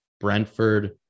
Brentford